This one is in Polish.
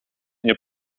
nie